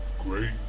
great